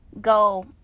go